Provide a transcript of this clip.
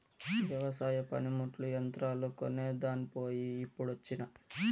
వెవసాయ పనిముట్లు, యంత్రాలు కొనేదాన్ పోయి ఇప్పుడొచ్చినా